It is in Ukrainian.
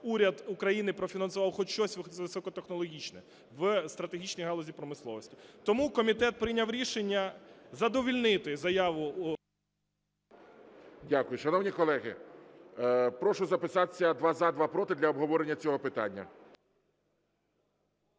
уряд України профінансував хоч щось високотехнологічне в стратегічній галузі промисловості? Тому комітет прийняв рішення задовольнити заяву… ГОЛОВУЮЧИЙ. Дякую. Шановні колеги, прошу записатися: два – за, два – проти, для обговорення цього питання.